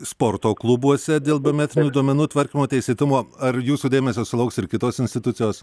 sporto klubuose dėl biometrinių duomenų tvarkymo teisėtumo ar jūsų dėmesio sulauks ir kitos institucijos